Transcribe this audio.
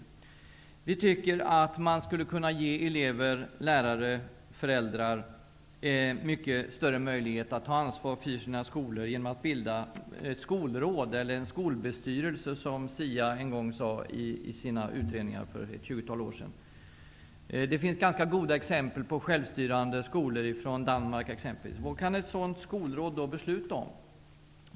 Vi i Folkpartiet tycker att man skulle kunna ge elever, lärare och föräldrar mycket större möjlighet att ta ansvar i sina skolor genom att bilda skolråd eller en skolbestyrelse som föreslogs i SIA:s utredningar för ett tjugotal år sedan. Det finns ganska goda exempel på självstyrande skolor från exempelvis Danmark. Vad kan då ett sådant skolråd besluta om?